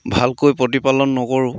ভালকৈ প্ৰতিপালন নকৰোঁ